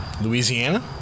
Louisiana